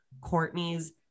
Courtney's